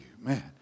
Man